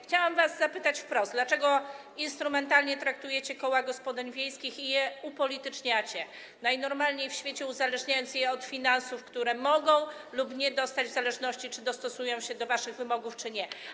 Chciałam was zapytać wprost: Dlaczego instrumentalnie traktujecie koła gospodyń wiejskich i je upolityczniacie, najnormalniej w świecie uzależniając je od finansów, które mogą dostać lub nie w zależności od tego, czy dostosują się do waszych wymogów, czy nie?